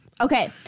Okay